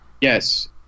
Yes